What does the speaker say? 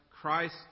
Christ